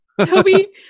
Toby